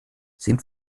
sind